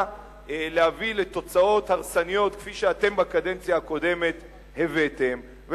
להביא לתוצאות הרסניות כפי שאתם הבאתם בקדנציה הקודמת,